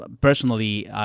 personally